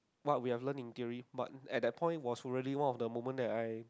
what we are learn in theory but at that point was really one of the moment that I